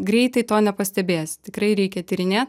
greitai to nepastebėsi tikrai reikia tyrinėt